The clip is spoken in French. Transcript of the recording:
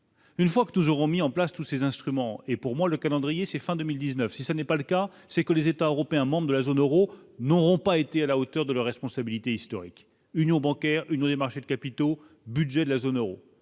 Une fois que toujours mis en place tous ses instruments et pour moi le calendrier c'est fin 2019, si ce n'est pas le cas, c'est que les États européens, membres de la zone Euro n'auront pas été à la hauteur de leur responsabilité historique, union bancaire une des marchés de capitaux, budget de la zone Euro,